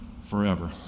forever